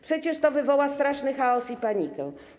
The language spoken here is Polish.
Przecież to wywoła straszny chaos i panikę.